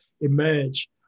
emerge